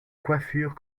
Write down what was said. coiffure